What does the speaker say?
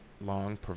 long